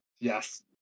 Yes